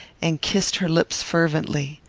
and kissed her lips fervently.